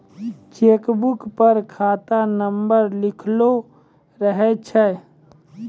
cheque book पर खाता number लिखलो रहै छै